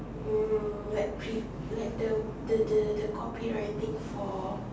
um like pre like the the the the copywriting for